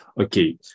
okay